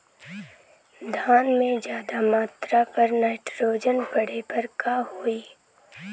धान में ज्यादा मात्रा पर नाइट्रोजन पड़े पर का होई?